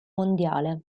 mondiale